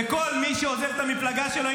וכל מי שעוזב את המפלגה שלו,